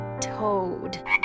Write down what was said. toad